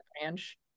branch